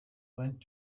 went